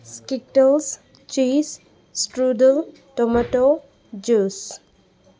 skittles cheese strudel tomato juice